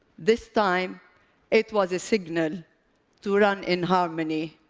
this time it was a signal to run in harmony,